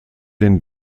den